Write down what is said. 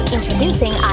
Introducing